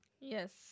Yes